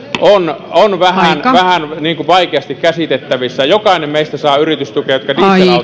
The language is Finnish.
on on vähän vähän vaikeasti käsitettävissä jokainen meistä saa yritystukea jotka